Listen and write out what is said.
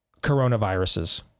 coronaviruses